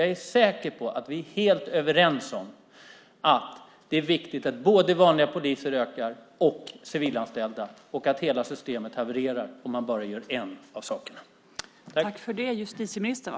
Jag är säker på att vi är helt överens om att det är viktigt att både antalet vanliga poliser och civilanställda ökar och att hela systemet havererar om man bara gör en av sakerna.